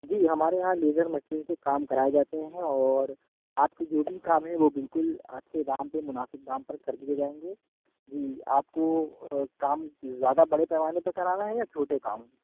جی ہمارے یہاں laser machine سے کام کرائے جاتے ہیں اور آپ کے جو بھی کام ہیں وہ بالکل اچھے دام پہ مناسب دام پر کر دیے جائیں گے جی آپ کو کام زیادہ بڑے پیمانے پہ کرانا ہے یا چھوٹے کام